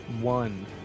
one